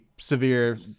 ...severe